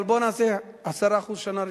אבל בוא נעשה 10% יצוא שנה ראשונה,